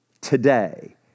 today